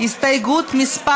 הסתייגות מס'